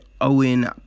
Owen